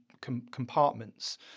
compartments